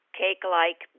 cake-like